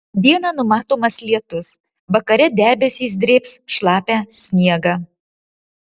dieną numatomas lietus vakare debesys drėbs šlapią sniegą